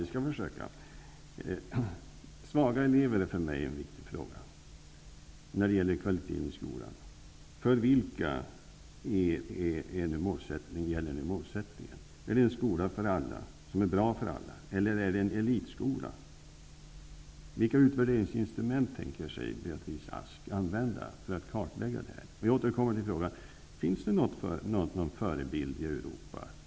Herr talman! Svaga elever är för mig en viktig fråga när det gäller kvaliteten i skolan. För vilka gäller målsättningen? Är det en skola som är bra för alla eller är det en elitskola? Vilka utvärderingsinstrument tänker sig Beatrice Ask använda för att kartlägga detta? Jag återkommer till frågan: Finns det någon förebild i Europa?